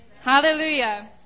Hallelujah